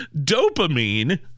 dopamine